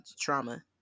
trauma